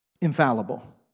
infallible